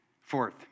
Fourth